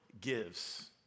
gives